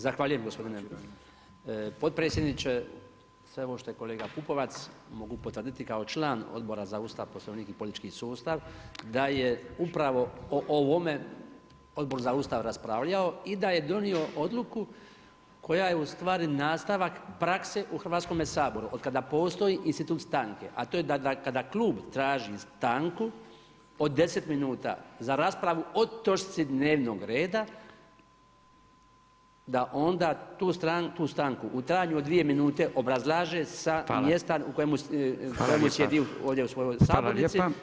Zahvaljujem gospodine potpredsjedniče, sve ovo što je kolega Pupovac, mogu potvrditi kao član Odbora za Ustav, Poslovnik i politički sustav da je upravo o ovome Odbor za Ustav raspravljao i da je donio odluku koja je u stvari nastavak prakse u Hrvatskom saboru od kada postoji institut stanke, a do je da kada klub traži stanku od 10 minuta za raspravu o točci dnevnog reda, da onda tu stanku u trajanju od dvije minute obrazalaže sa mjesta u kojemu sjedi ovdje u svojoj sabornici.